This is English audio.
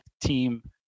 team